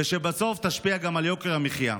שבסוף תשפיע גם על יוקר המחיה?